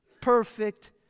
Perfect